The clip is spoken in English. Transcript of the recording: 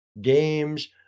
games